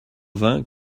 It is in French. vingt